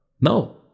No